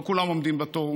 לא כולם עומדים בתור ומבקשים.